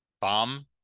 bomb